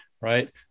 right